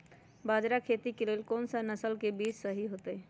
बाजरा खेती के लेल कोन सा नसल के बीज सही होतइ?